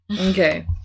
Okay